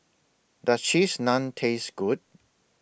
Does Cheese Naan Taste Good